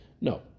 No